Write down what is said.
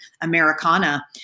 Americana